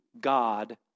God